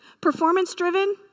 performance-driven